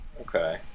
Okay